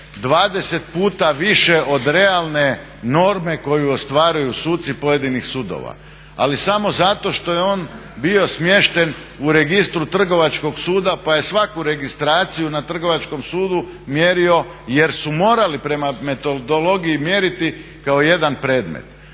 20 puta više od realne norme koju ostvaruju suci pojedinih sudova, ali samo zato što je on bio smješten u registru Trgovačkog suda, pa je svaku registraciju na Trgovačkom sudu mjerio jer su morali prema metodologiji mjeriti kao jedan predmet.